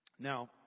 Now